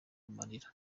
amarira